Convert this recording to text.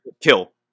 Kill